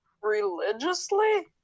Religiously